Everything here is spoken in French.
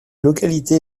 localité